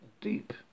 deep